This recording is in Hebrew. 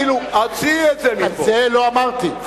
את זה לא אמרתי,